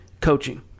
Coaching